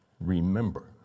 remember